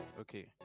Okay